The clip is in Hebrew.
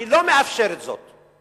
היא לא מאפשרת זאת.